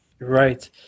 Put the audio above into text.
Right